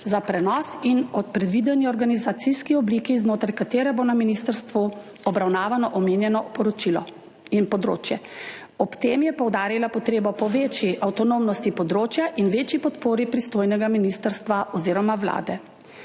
za prenos in o predvideni organizacijski obliki, znotraj katere bo na ministrstvu obravnavano omenjeno poročilo in področje. Ob tem je poudarila potrebo po večji avtonomnosti področja in večji podpori pristojnega ministrstva oziroma Vlade.